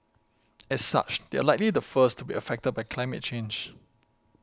as such they are likely the first to be affected by climate change